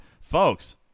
folks